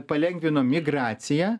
palengvino migraciją